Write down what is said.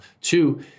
Two